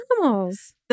animals